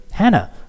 Hannah